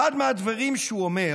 אחד מהדברים שהוא אומר